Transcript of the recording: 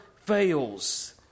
fails